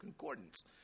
concordance